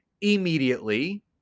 immediately